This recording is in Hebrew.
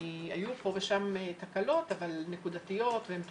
היו פה ושם תקלות אבל נקודתיות והן טופלו,